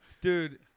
dude